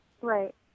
Right